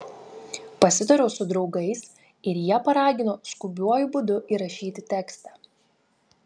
pasitariau su draugais ir jie paragino skubiuoju būdu įrašyti tekstą